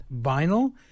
vinyl